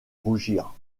rougir